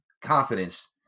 confidence